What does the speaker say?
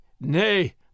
Nay